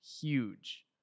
huge